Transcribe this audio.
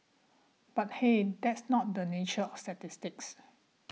but hey that's not the nature of statistics